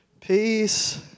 peace